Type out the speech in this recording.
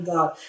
God